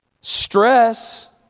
Stress